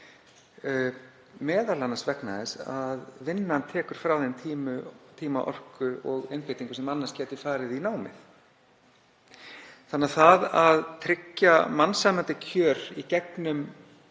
m.a. vegna þess að vinnan tekur frá þeim tíma, orku og einbeitingu sem gæti annars farið í námið. Þannig að það að tryggja mannsæmandi kjör í gegnum